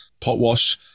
potwash